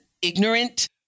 ignorant